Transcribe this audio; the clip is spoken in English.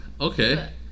Okay